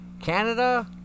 Canada